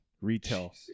retail